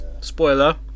Spoiler